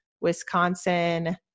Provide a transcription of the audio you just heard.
Wisconsin